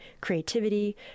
creativity